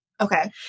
Okay